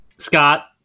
Scott